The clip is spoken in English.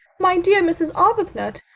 my dear mrs. arbuthnot!